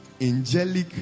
angelic